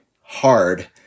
hard